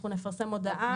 אנחנו נפרסם הודעה.